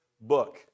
book